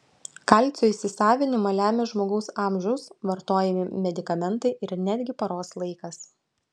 kalcio įsisavinimą lemia žmogaus amžius vartojami medikamentai ir netgi paros laikas